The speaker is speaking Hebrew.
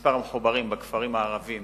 מספר המחוברים בכפרים הערביים